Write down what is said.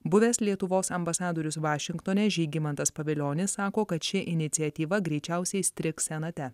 buvęs lietuvos ambasadorius vašingtone žygimantas pavilionis sako kad ši iniciatyva greičiausiai įstrigs senate